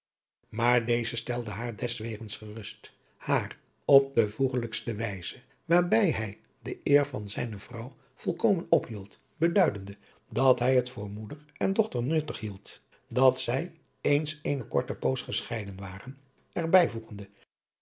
maar deze stelde haar deswegens gerust haar op de voegelijkste wijze waarbij hij de eer van zijne vrouw volkomen ophield beduidende dat hij het voor moeder en dochter nuttig hield dat zij eens eene korte poos gescheiden waren er